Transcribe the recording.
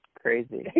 Crazy